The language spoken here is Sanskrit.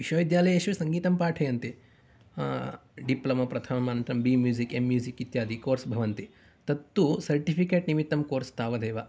विश्वविद्यालयेषु सङ्गीतं पाठयन्ति डिप्लोमा प्रथम अनन्तरं डी म्यूसिक् एम् म्यूसिक् इत्यादि कोर्स् भवन्ति तत्तु सर्टिफिकेट् निमित्तं कोर्स् तावदेव